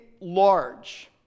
large